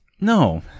No